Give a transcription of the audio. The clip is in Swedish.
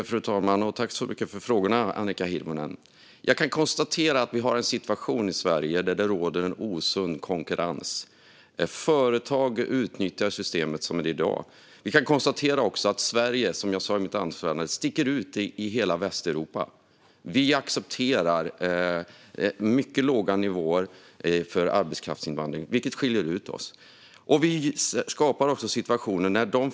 Fru talman! Jag tackar för frågorna, Annika Hirvonen. Jag kan konstatera att situationen i Sverige är sådan att det råder en osund konkurrens. Företagen utnyttjar systemet så som det är uppbyggt i dag. Vi kan också konstatera att Sverige, som jag sa i mitt anförande, sticker ut i hela Västeuropa. Sverige accepterar mycket låga lönenivåer för arbetskraftsinvandring, vilket skiljer ut Sverige.